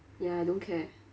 ya I don't care